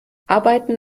arbeiten